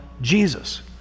Jesus